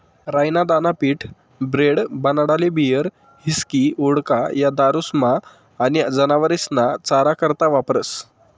राई ना दाना पीठ, ब्रेड, बनाडाले बीयर, हिस्की, वोडका, या दारुस्मा आनी जनावरेस्ना चारा करता वापरास